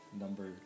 number